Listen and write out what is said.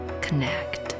connect